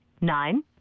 nine